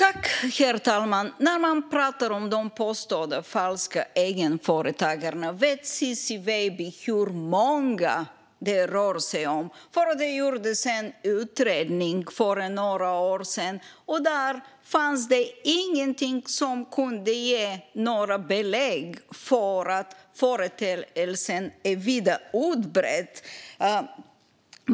Herr talman! Man pratar om de påstådda falska egenföretagarna, men vet Ciczie Weidby hur många det rör sig om? Det gjordes en utredning för några år sedan, och där fanns ingenting som kunde ge några belägg för att företeelsen är vitt utbredd.